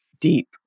deep